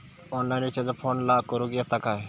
Online recharge फोनला करूक येता काय?